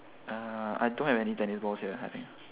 uh I don't have any tennis balls here right